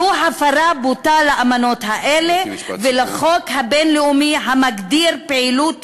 זו הפרה בוטה של האמנות האלה ושל החוק הבין-לאומי המגדיר פעילויות